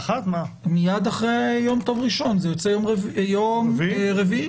מיד אחרי יום טוב ראשון, זה יוצא יום רביעי.